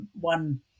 one